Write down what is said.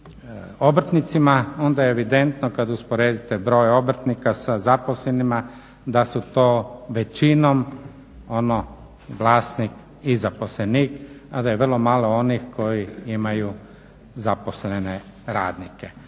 onda je evidentno, kad usporedite broj obrtnika sa zaposlenima da su to većinom ono vlasnik i zaposlenik, a da je vrlo malo onih koji imaju zaposlene radnike.